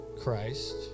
Christ